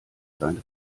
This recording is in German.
seine